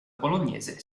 bolognese